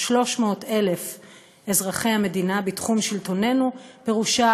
"300,000 אזרחי המדינה בתחום שלטוננו פירושה,